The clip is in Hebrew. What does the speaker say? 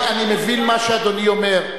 אני מבין מה שאדוני אומר.